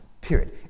period